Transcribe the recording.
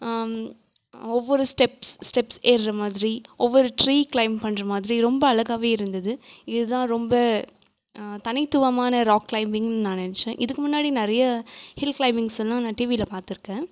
ஒவ்வொரு steps steps ஏறுகிற மாதிரி ஒவ்வொரு ட்ரீ கிளைம் பண்ணுற மாதிரி ரொம்ப அழகாகவே இருந்தது இதுதான் ரொம்ப தனித்துவமான ராக் கிளைம்பிங்ன்னு நான் நினச்சேன் இதுக்கு முன்னாடி நிறைய ஹில் கிளைம்பிங்ஸெல்லாம் நான் டிவியில் பார்த்துருக்கேன்